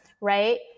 right